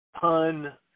pun